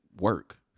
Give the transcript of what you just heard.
work